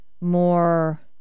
more